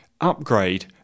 upgrade